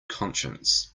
conscience